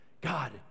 God